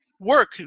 work